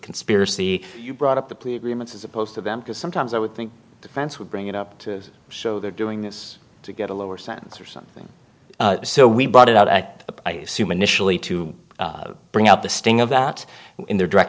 conspiracy you brought up the plea agreements as opposed to them because sometimes i would think the parents would bring it up to show they're doing this to get a lower sentence or something so we brought it out at i assume initially to bring up the sting of that in their direct